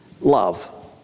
Love